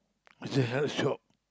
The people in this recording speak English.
it's a health shop